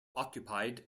occupied